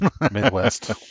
Midwest